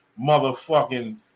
motherfucking